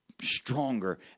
stronger